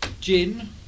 Gin